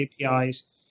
APIs